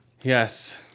Yes